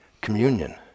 communion